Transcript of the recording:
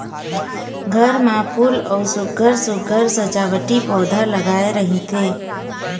घर म फूल अउ सुग्घर सुघ्घर सजावटी पउधा लगाए रहिथे